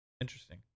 Interesting